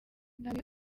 nabi